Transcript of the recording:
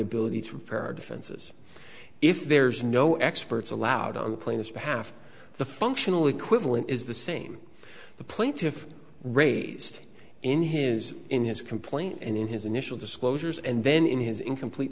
ability to repair our defenses if there's no experts allowed on the plaintiff's behalf the functional equivalent is the same the plaintiff raised in his in his complaint and in his initial disclosures and then in his incomplete